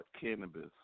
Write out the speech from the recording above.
Cannabis